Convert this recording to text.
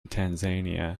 tanzania